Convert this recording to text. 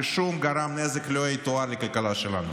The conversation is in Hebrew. ושוב גרם נזק לא יתואר לכלכלה שלנו.